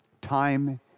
Time